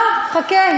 לא, חכה.